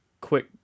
quick